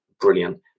brilliant